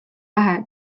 lähe